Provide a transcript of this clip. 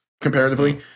comparatively